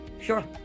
Sure